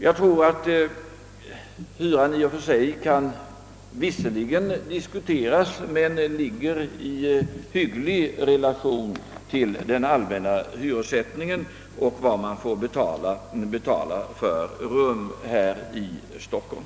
Jag tror att hyreskostnaderna för dessa rum visserligen kan diskuteras men att den står i hygglig relation till den allmänna hyressättningen och till vad man får betala för rum här i Stockholm.